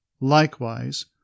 likewise